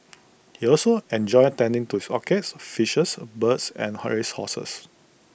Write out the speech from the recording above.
he also enjoyed tending to his orchids fishes birds and her race horses